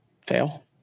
fail